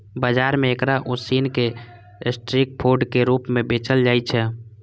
बाजार मे एकरा उसिन कें स्ट्रीट फूड के रूप मे बेचल जाइ छै